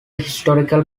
historical